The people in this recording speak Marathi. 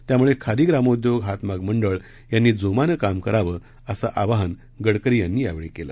त्यामुळे खादी ग्रामोद्योग हातमाग मंडळ यांनी जोमानं काम करावं असं आवाहन गडकरी यांनी यावेळी केलं